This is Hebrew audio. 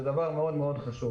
זה דבר מאוד חשוב.